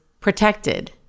protected